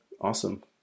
awesome